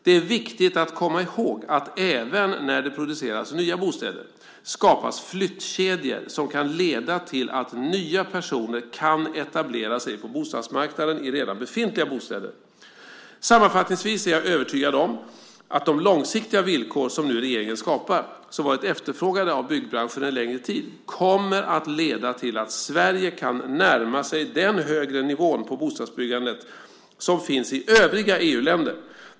Det är viktigt att komma ihåg att även när det produceras nya bostäder skapas flyttkedjor, som kan leda till att nya personer kan etablera sig på bostadsmarknaden i redan befintliga bostäder. Sammanfattningsvis är jag övertygad om att de långsiktiga villkor som nu regeringen skapar, som varit efterfrågade av byggbranschen en längre tid, kommer att leda till att Sverige kan närma sig den högre nivån på bostadsbyggandet som finns i övriga EU-länder.